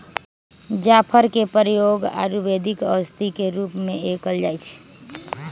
जाफर के प्रयोग आयुर्वेदिक औषधि के रूप में कएल जाइ छइ